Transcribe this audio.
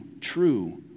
true